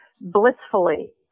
blissfully